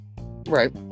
Right